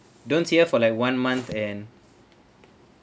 don't see her for like one month and